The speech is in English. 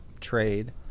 trade